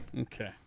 Okay